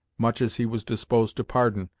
much as he was disposed to pardon,